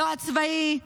לא הצבאי,